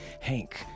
Hank